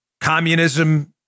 communism